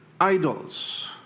idols